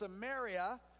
samaria